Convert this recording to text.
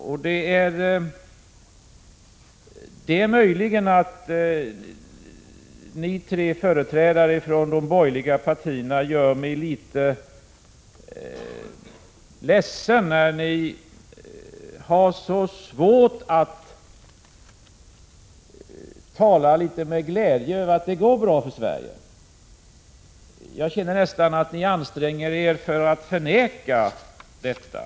Möjligen gör mig de tre företrädare för de borgerliga partierna som deltagit i debatten litet ledsen, när de har så svårt att med glädje tala om att det går bra för Sverige. Jag har nästan en känsla av att ni anstränger er för att förneka detta.